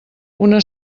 una